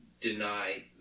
deny